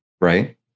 Right